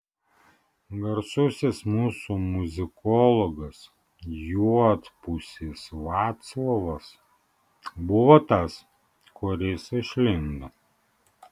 garsusis mūsų muzikologas juodpusis vaclovas buvo tas kuris išlindo